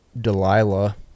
Delilah